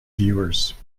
viewers